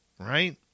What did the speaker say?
Right